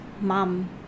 mom